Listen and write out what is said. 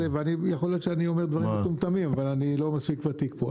יכול להיות שאני אומר דברים מטומטמים אבל אני לא מספיק ותיק פה,